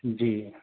جی